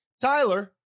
Tyler